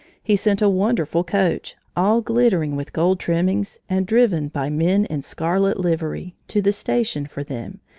he sent a wonderful coach, all glittering with gold trimmings and driven by men in scarlet livery, to the station for them,